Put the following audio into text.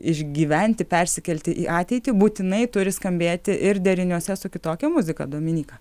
išgyventi persikelti į ateitį būtinai turi skambėti ir deriniuose su kitokia muzika dominyka